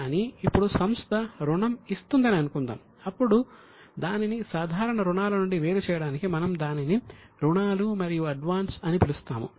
కాని ఇప్పుడు సంస్థ రుణం ఇస్తుందని అనుకుందాం అప్పుడు దానిని సాధారణ రుణాల నుండి వేరు చేయడానికి మనము దానిని లోన్స్ మరియు అడ్వాన్స్ అని పిలుస్తాము